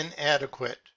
inadequate